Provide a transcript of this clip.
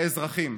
האזרחים.